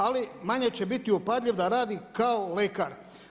Ali manje će biti upadljiv da radi kao lekar.